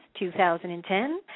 2010